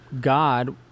God